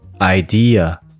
idea